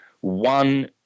one